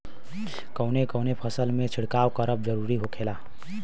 कवने कवने फसल में छिड़काव करब जरूरी होखेला?